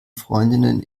freundinnen